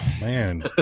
man